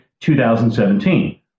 2017